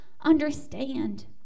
understand